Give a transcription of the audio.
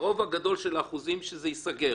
הסיכוי הגדול שרוב התיקים ייסגרו,